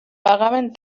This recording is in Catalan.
pagaven